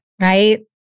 right